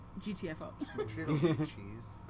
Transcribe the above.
GTFO